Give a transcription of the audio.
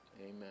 Amen